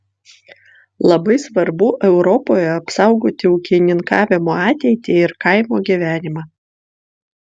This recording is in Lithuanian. labai svarbu europoje apsaugoti ūkininkavimo ateitį ir kaimo gyvenimą